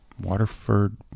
Waterford